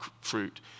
fruit